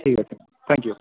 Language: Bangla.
ঠিক আছে ম্যাম থ্যাংক ইউ